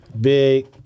Big